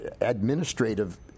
administrative